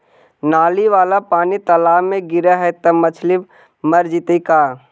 नली वाला पानी तालाव मे गिरे है त मछली मर जितै का?